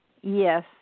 Yes